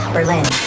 Berlin